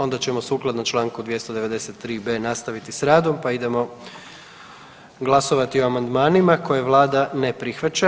Onda ćemo sukladno čl. 293.b. nastaviti s radom, pa idemo glasovati o amandmanima koje vlada ne prihvaća.